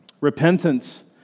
Repentance